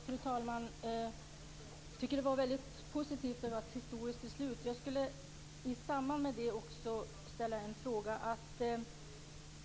Fru talman! Jag tycker att det var väldigt positivt, och det var ett historiskt beslut. I samband med detta skulle jag vilja ställa en fråga.